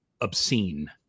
obscene